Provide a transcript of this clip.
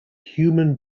human